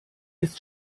ist